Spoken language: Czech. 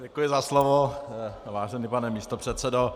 Děkuji za slovo, vážený pane místopředsedo.